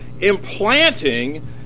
implanting